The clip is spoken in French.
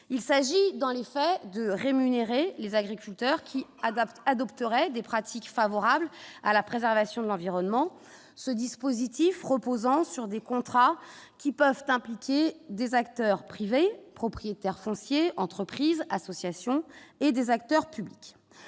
il s'agit dans les faits, de rémunérer les agriculteurs qui adapte adopteraient des pratiques favorables à la préservation de l'environnement, ce dispositif reposant sur des contrats qui peuvent impliquer des acteurs privés propriétaire foncier, entreprises, associations et des acteurs publics,